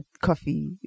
coffee